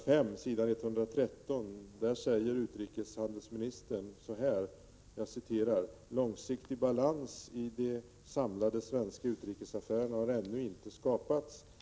5, s. 113 ser man att utrikeshan 165 delsministern säger: ”Långsiktig balans i de samlade svenska utrikesaffärerna har ännu inte skapats.